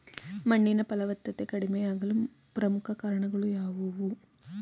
ಮಣ್ಣಿನ ಫಲವತ್ತತೆ ಕಡಿಮೆಯಾಗಲು ಪ್ರಮುಖ ಕಾರಣಗಳು ಯಾವುವು?